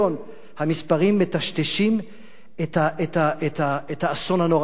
המספרים מטשטשים את האסון הנורא שקרה.